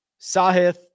Sahith